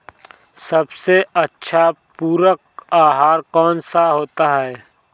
सबसे अच्छा पूरक आहार कौन सा होता है?